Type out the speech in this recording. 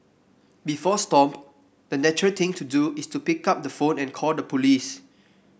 before Stomp the natural thing to do is to pick up the phone and call the police